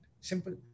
Simple